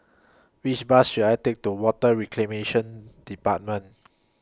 Which Bus should I Take to Water Reclamation department